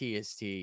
tst